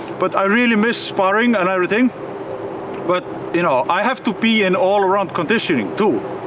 but i really miss sparring, and everything but you know i have to be in all-around conditioning too.